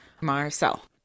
Marcel